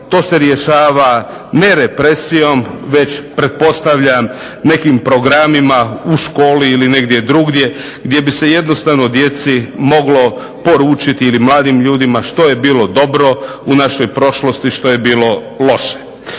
to se rješava ne represijom već pretpostavljam nekim programima u školi ili negdje drugdje gdje bi se djeci i mladima moglo poručiti što je bilo dobro u našoj prošlosti, što je bilo loše.